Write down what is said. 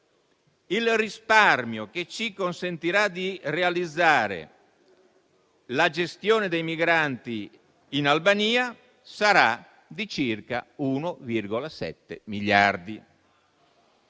il risparmio che ci consentirà di realizzare la gestione dei migranti in Albania sarà di circa 1,7 miliardi.